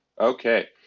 okay